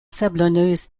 sablonneuses